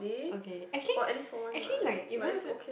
okay actually actually like even if you